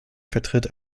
vertritt